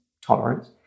tolerance